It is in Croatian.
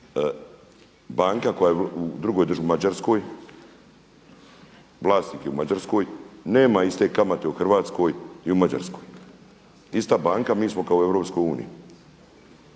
banka koja je u Mađarskoj, vlasnik je u Mađarskoj nema iste kamate u Hrvatskoj i u Mađarskoj. Ista banka, mi smo kao u